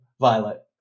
violet